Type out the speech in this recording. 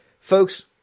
Folks